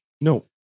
No